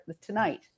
tonight